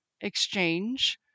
exchange